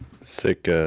sick